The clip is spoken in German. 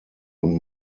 und